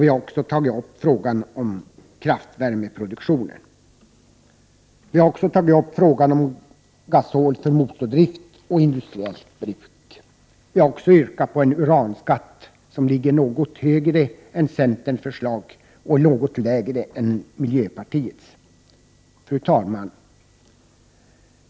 Vi har även tagit upp frågan om kraftvärmeproduktionen. Vi har vidare tagit upp frågan om gasol för motordrift och industriellt bruk. Vi har också yrkat på en uranskatt som ligger något högre än centerns förslag och något lägre än miljöpartiets. Fru talman!